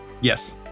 yes